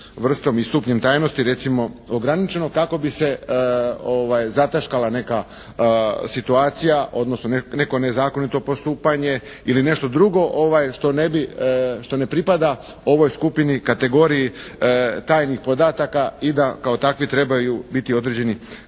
vrstom i stupnjem tajnosti recimo ograničeno, kako bi se zataškala neka situacija, odnosno neko nezakonito postupanje ili nešto drugo što ne pripada ovoj skupini kategoriji tajnih podataka i da kao takvi trebaju biti određeni